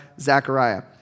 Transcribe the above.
Zechariah